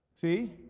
See